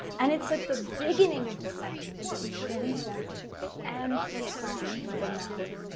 and it's at the beginning of the sentence, because we want to emphasize the manner.